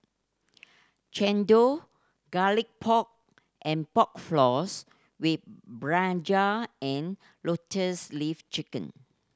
chendol Garlic Pork and Pork Floss with brinjal and Lotus Leaf Chicken